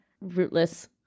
rootless